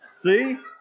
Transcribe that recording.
See